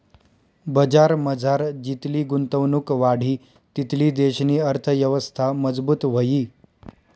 बजारमझार जितली गुंतवणुक वाढी तितली देशनी अर्थयवस्था मजबूत व्हयी